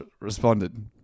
Responded